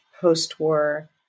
post-war